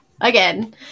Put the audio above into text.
again